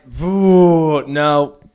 no